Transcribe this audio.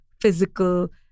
physical